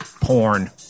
porn